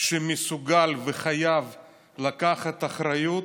שמסוגל וחייב לקחת אחריות